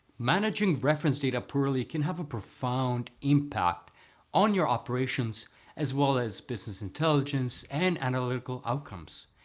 managing reference data poorly can have a profound impact on your operations as well as business intelligence and analytical outcomes.